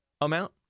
amount